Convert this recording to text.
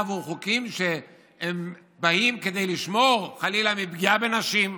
עבור חוקים שבאים כדי לשמור חלילה מפגיעה בנשים.